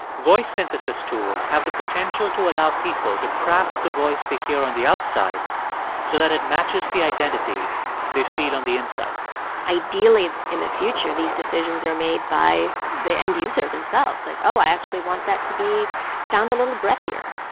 voice synthesis tools have the potential to allow people to craft the voice they hear on the outside so that it matches the identity they feel on the inside ideally, in the future, these decisions are made by the end user themselves. like, oh, i actually want that to be sound a little breathier.